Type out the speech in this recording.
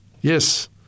Yes